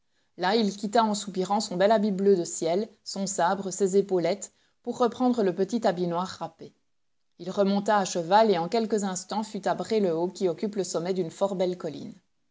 là il quitta en soupirant son bel habit bleu de ciel son sabre ses épaulettes pour reprendre le petit habit noir râpé il remonta à cheval et en quelques instants fut à bray le haut qui occupe le sommet d'une fort belle colline